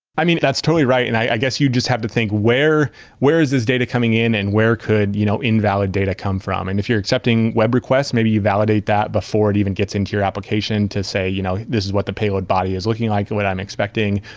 i mean, that's totally right, and i guess you just have to think where where is this data coming in and where could you know invalid data come from. and if you are accepting web requests, maybe you validate that before it even gets into your application to say, you know this is what the payload body is looking like and what i'm expecting,